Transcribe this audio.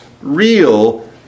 real